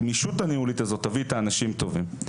הגמישות הניהולית הזאת תביא את האנשים הטובים.